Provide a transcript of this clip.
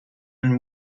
and